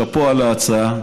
שאפו על ההצעה.